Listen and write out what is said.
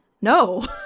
no